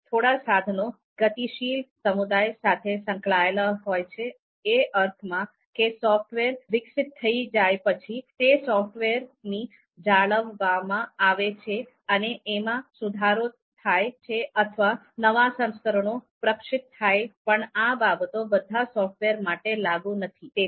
એમાં થોડા સાધનો ગતિશીલ સમુદાય સાથે સંકળાયેલા હોય છે એ અર્થમાં કે સોફ્ટવેર વિકસિત થઈ જાય પછી તે સોફ્ટવેર ની જાળવવામાં આવે છે અને એમાં સુધારો થાય છે અથવા નવા સંસ્કરણો પ્રકાશિત થાય પણ આ બાબતો બધા સોફ્ટવેર માટે લાગુ નથી